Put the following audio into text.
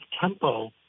tempo